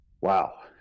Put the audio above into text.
wow